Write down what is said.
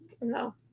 No